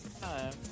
time